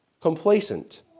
complacent